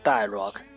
Dialogue